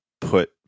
put